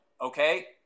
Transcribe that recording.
okay